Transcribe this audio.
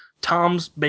Tom's